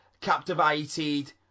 captivated